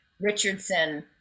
Richardson